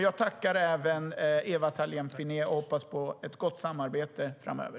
Jag tackar även Ewa Thalén Finné och hoppas på ett gott samarbete framöver.